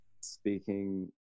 speaking